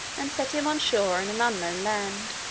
and set him on shore in an unknown land.